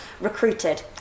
recruited